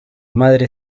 madre